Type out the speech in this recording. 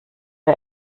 der